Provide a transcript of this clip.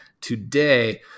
today